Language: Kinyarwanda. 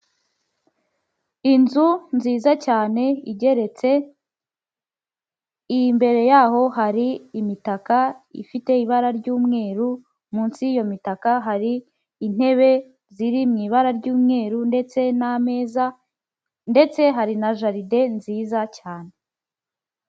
Inzu nziza cyane igeretse, imbere yaho hari imitaka ifite ibara ry'umweru, munsi y'iyo mitaka hari intebe ziri mu ibara ry'umweru ndetse n'ameza ndetse hari na jaride nziza cyane.